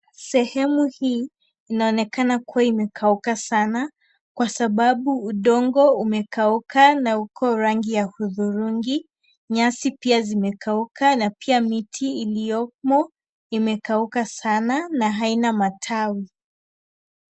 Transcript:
Sehemu hii inaonekana kuwa imekauka sana kwa sababu udongo umekauka na uko rangi ya hudhurungi. Nyasi pia zimekauka na pia miti iliyomo imekauka sana na haina matawi.